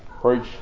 preach